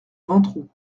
ventroux